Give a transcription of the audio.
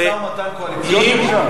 מה זה, משא-ומתן קואליציוני עכשיו?